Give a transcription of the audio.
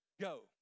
go